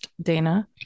dana